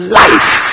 life